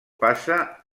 passa